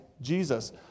Jesus